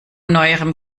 neuerem